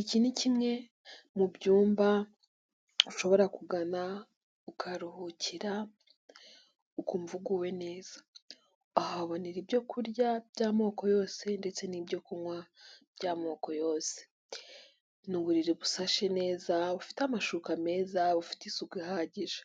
Iki ni kimwe mu byumba ushobora kugana ukaharuhukira ukumva uguwe neza, aha wahabonera ibyo kurya by'amoko yose ndetse n'ibyo kunywa by'amoko yose. Ni uburiri busashe neza, bufite amashuka meza, bufite isuku ihagije.